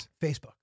Facebook